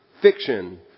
fiction